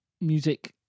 music